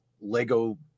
Lego